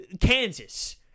Kansas